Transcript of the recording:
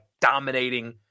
dominating